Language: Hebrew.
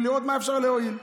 לראות מה אפשר להועיל.